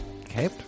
Okay